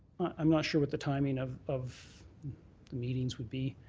i'm not sure what the timing of of meetings would be.